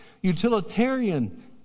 Utilitarian